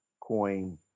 coin